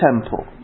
temple